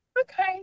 okay